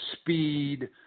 speed